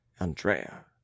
andrea